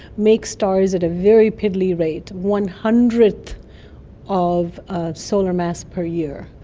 makes stars at a very piddly rate one hundredth of a solar mass per year.